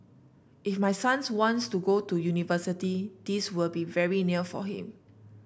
if my sons wants to go to university this will be very near for him